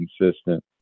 consistent